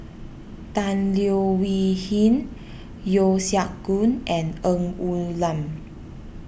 Tan Leo Wee Hin Yeo Siak Goon and Ng Woon Lam